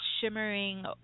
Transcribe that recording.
shimmering